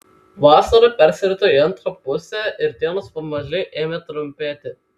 vasara persirito į antrą pusę ir dienos pamaži ėmė trumpėti